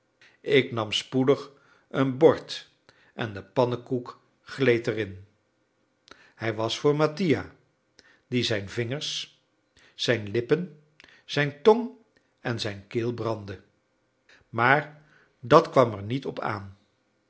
ik nam spoedig een bord en de pannekoek gleed erin hij was voor mattia die zijn vingers zijn lippen zijn tong en zijn keel brandde maar dat kwam er niet op aan